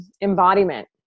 embodiment